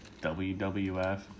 WWF